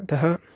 अतः